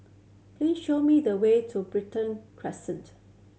please show me the way to Brighton Crescent